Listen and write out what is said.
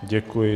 Děkuji.